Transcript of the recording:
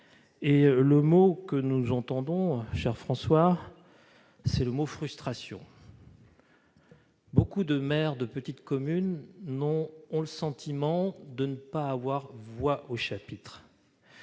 Et le mot que nous entendons, cher François Patriat, c'est :« frustration ». Beaucoup de maires de petites communes ont le sentiment de ne pas avoir voix au chapitre.